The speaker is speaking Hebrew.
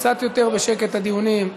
קצת יותר בשקט, את הדיונים.